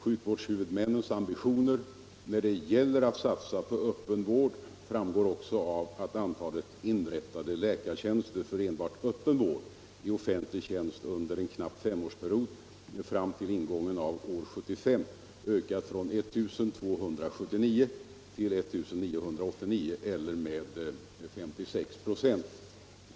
Sjukvårdshuvudmännens ambitioner när det gäller att satsa på öppen vård framgår också av att antalet inrättade läkartjänster för enbart öppen vård i offentlig tjänst under en knapp femårsperiod fram till ingången av år 1975 ökat från 1 279 till 1989 eller med 56 96.